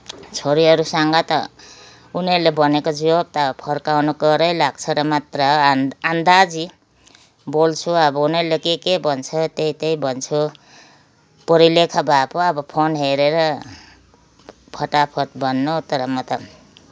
छोरीहरूसँग त उनीहरूले भनेको जवाफ त फर्काउन करै लाग्छ र मात्र अन्दाजी बोल्छु अब उनीहरूले के के भन्छ त्यही त्यही भन्छु पढा लेखा भए पो अब फोन हेरेर फटाफट भन्नु तुर म त